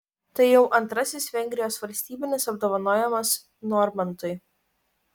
tai jau antrasis vengrijos valstybinis apdovanojimas normantui